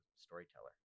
storyteller